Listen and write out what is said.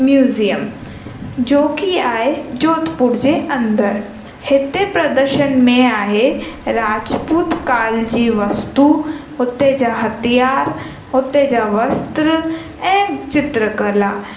museum जोकी आहे जोधपुर जे अंदरि हिते प्रदर्शन में आहे राजपूत काल जी वस्तु हुते जा हथियार हुते जा वस्त्र ऐं चित्र कला